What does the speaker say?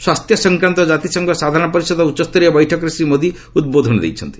ସ୍ୱାସ୍ଥ୍ୟ ସଂକ୍ରାନ୍ତ କାତିସଂଘ ସାଧାରଣ ପରିଷଦ ଉଚ୍ଚସ୍ତରୀୟ ବୈଠକରେ ଶ୍ରୀ ମୋଦୀ ଉଦ୍ବୋଧନ ଦେଇଛନ୍ତି